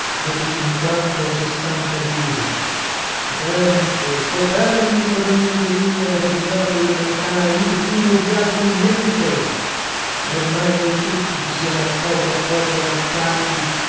dopo cinquanta o sessanta giri copernico copernico don eligio mio ha rovinato lumanità irrimediabilmente ormai noi tutti ci siamo a poco a poco adattati